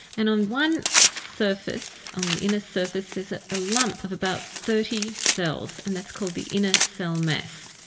and on one surface, on the inner surface, there's a ah lump of about thirty cells and that's called the inner cell mass.